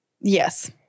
Yes